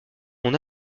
mon